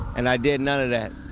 and i did none of that.